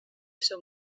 seu